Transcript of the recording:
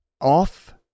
off